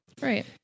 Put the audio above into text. Right